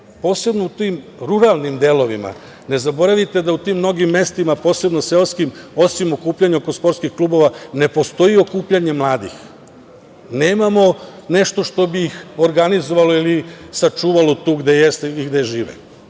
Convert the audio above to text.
posebno u tim ruralnim delovima, ne zaboravite da u tim mnogim mestima, posebno seoskim, osim okupljanja oko sportskih klubova ne postoji okupljanje mladih, nemamo nešto što bi ih organizovalo ili sačuvalo gde jesu i gde